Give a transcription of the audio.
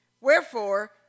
Wherefore